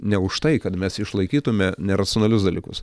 ne už tai kad mes išlaikytume neracionalius dalykus